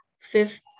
fifth